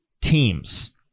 teams